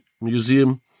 Museum